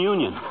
Union